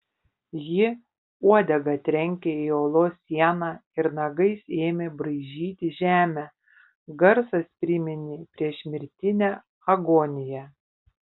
ji uodega trenkė į olos sieną ir nagais ėmė braižyti žemę garsas priminė priešmirtinę agoniją